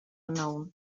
known